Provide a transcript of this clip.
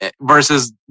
versus